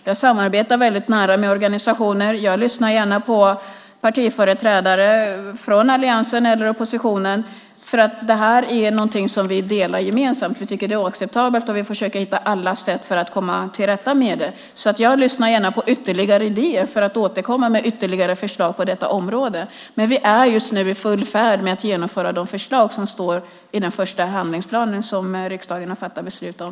Jag samarbetar väldigt nära med organisationer, och jag lyssnar gärna på partiföreträdare från alliansen eller oppositionen därför att detta är något som vi har gemensamt - vi tycker att det är oacceptabelt, och vi försöker att hitta alla sätt för att komma till rätta med det. Jag lyssnar gärna på ytterligare idéer för att återkomma med ytterligare förslag på detta område. Men vi är just nu i full färd med att genomföra de förslag som står i den första handlingsplanen som riksdagen har fattat beslut om.